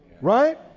Right